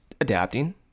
adapting